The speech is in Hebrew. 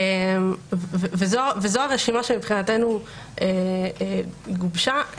וזאת הרשימה שמבחינתנו גובשה.